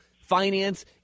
finance